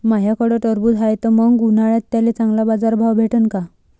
माह्याकडं टरबूज हाये त मंग उन्हाळ्यात त्याले चांगला बाजार भाव भेटन का?